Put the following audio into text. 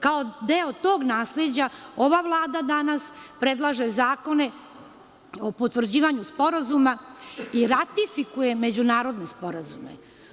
Kao deo tog nasleđa, ova Vlada danas predlaže zakone o potvrđivanju sporazuma i ratifikuje međunarodne sporazume.